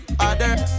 Others